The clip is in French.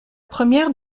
première